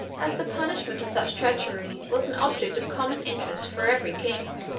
as the punishment of such treachery was an object of common interest for every king.